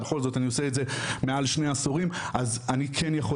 בכל זאת אני עושה זאת מעל שני עשורים אז אני כן יכול